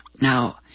Now